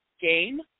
game